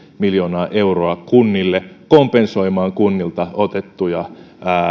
miljoonaa euroa kunnille kompensoimaan kunnilta otettuja